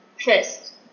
first